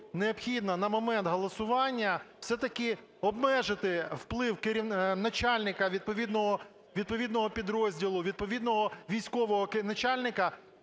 необхідно на момент голосування, все-таки, обмежити вплив начальника відповідного підрозділу, відповідного військового начальника